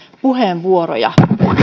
puheenvuoroja